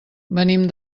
venim